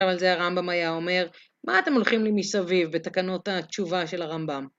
אבל זה הרמב״ם היה אומר, מה אתם הולכים לי מסביב, בתקנות התשובה של הרמב״ם.